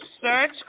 Search